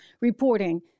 reporting